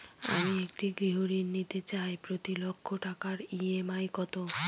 আমি একটি গৃহঋণ নিতে চাই প্রতি লক্ষ টাকার ই.এম.আই কত?